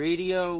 Radio